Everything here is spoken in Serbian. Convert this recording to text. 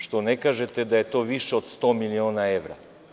Što ne kažete da je to više od 100 miliona evra?